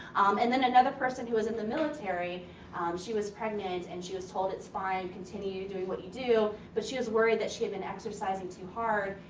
and then another person who was in the military she was pregnant and she was told it's fine, continue doing what you do. but she was worried that she had been exercising too hard.